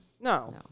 No